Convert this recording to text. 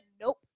Nope